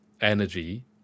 energy